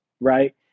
right